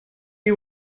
you